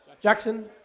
Jackson